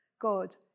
God